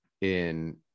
in-